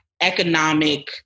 economic